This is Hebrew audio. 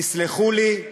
תסלחו לי,